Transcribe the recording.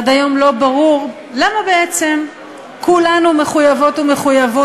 עד היום לא ברור למה בעצם כולנו מחויבות ומחויבים